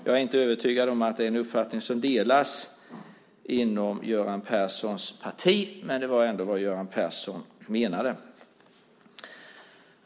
Jag är inte övertygad om att det är en uppfattning som delas inom Göran Perssons parti, men det var ändå vad Göran Persson menade.